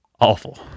awful